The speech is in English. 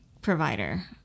provider